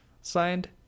Signed